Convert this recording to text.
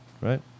Right